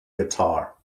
guitar